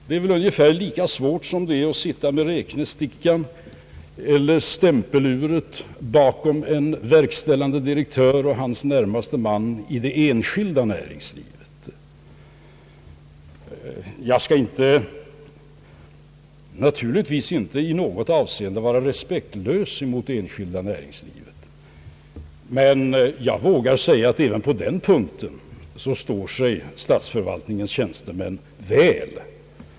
Det är väl ungefär lika svårt som att sitta med räknestickan eller stämpeluret bakom en verkställande direktör och hans närmaste man i det enskilda näringslivet. Jag skall naturligtvis inte i något avseende vara respektlös mot det enskilda näringslivet, men jag vågar säga, att även på den punkten står sig statsförvaltningens tjänstemän väl vid en jämförelse.